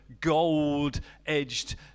gold-edged